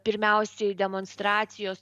pirmiausiai demonstracijos